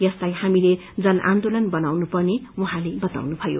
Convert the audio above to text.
यसलाई हामीले जन आन्दोलन बनाउनु पर्ने उहाँले बताउनुभयो